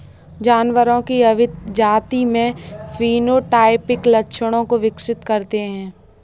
जानवरों की अभिजाती में फेनोटाइपिक लक्षणों को विकसित करते हैं